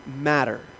matter